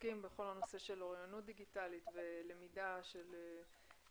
עוסקים בכל הנושא של אוריינות דיגיטלית ולמידה של אוכלוסיות,